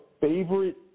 favorite